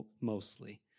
mostly